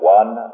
one